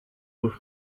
with